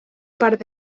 part